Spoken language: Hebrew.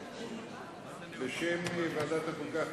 בשם ועדת החוקה,